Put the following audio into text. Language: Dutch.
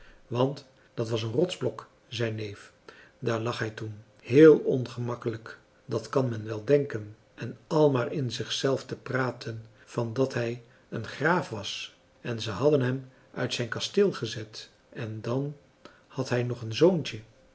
want dat was een rotsblok zei neef daar lag hij toen heel ongemakkelijk dat kan men wel denken en al maar in zich zelf te praten van dat hij een graaf was en ze hadden hem uit zijn kasteel gezet en dan had hij nog een zoontje